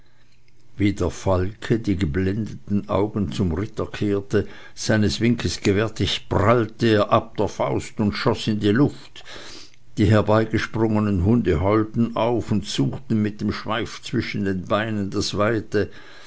der falke die geblendeten augen zum ritter kehrte seines winkes gewärtig prallte er ab der faust und schoß in die luft die hergesprungenen hunde heulten auf und suchten mit dem schweife zwischen den beinen das weite